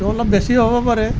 হয়তো অলপ বেছিও হ'ব পাৰে